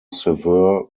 severe